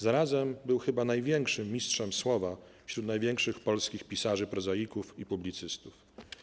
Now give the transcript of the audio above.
Zarazem był chyba największym mistrzem słowa wśród największych polskich pisarzy - prozaików i publicystów.